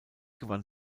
gewann